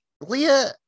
leah